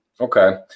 Okay